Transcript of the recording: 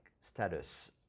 status